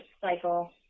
cycle